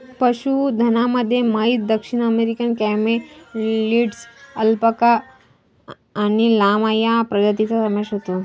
पशुधनामध्ये म्हैस, दक्षिण अमेरिकन कॅमेलिड्स, अल्पाका आणि लामा या प्रजातींचा समावेश होतो